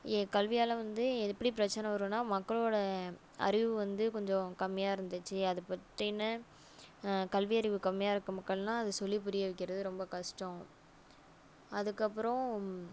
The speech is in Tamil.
கல்வியால் வந்து எப்படி பிரச்சனை வரும்னா மக்களோட அறிவு வந்து கொஞ்சம் கம்மியாக இருந்துச்சு அதைப்பத்தின்ன கல்வியறிவு கம்மியாக இருக்க மக்கள்ன்னால் அது சொல்லி புரிய வைக்கிறது ரொம்ப கஷ்டம் அதுக்கப்புறம்